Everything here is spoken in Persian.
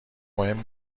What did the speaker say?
مهم